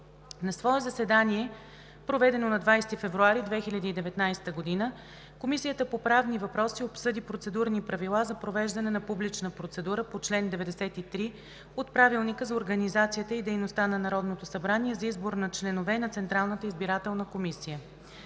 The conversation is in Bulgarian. На свое заседание, проведено на 20 февруари 2019 г., Комисията по правни въпроси обсъди Процедурни правила за провеждане на публична процедура по чл. 93 от Правилника за организацията и дейността на Народното събрание за избор на членове на Централната избирателна комисия.